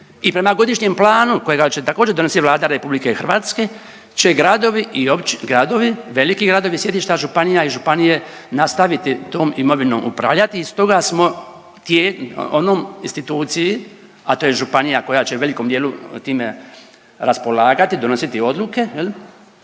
i prema godišnjem planu kojega će također donositi Vlada RH će gradovi, gradovi veliki gradovi sjedišta županija i županije nastaviti tom imovinom upravljati. I stoga smo onom instituciji, a to je županija koja će u velikom dijelu time raspolagati, donositi odluke